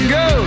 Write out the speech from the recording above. go